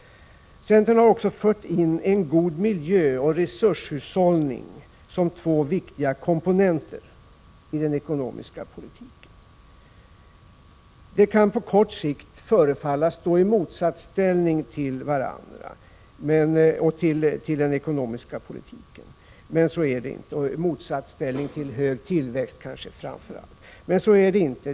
Centern har också fört in en god miljö och resurshushållning som två viktiga komponenter i den ekonomiska politiken. De kan på kort sikt förefalla stå i motsatsställning till varandra och vara hinder när det gäller att bedriva en god ekonomisk politik och kanske framför allt att åstadkomma en hög tillväxt, men så är det inte.